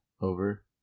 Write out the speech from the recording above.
over